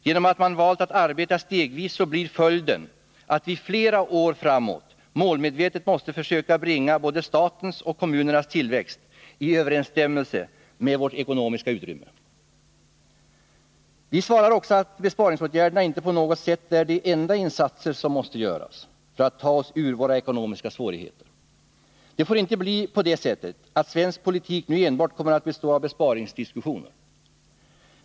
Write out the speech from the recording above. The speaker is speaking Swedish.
Genom att man valt att arbeta stegvis blir också följden att vi flera år framåt målmedvetet måste försöka bringa både statens och kommunernas tillväxt i överensstämmelse med vårt ekonomiska utrymme. Vi svarar vidare att besparingsåtgärderna inte på något sätt är de enda insatserna som måste göras för att vi skall kunna ta oss ur våra ekonomiska svårigheter. Det får inte bli på det sättet att svensk politik nu enbart kommer att bestå av besparingsdiskussioner.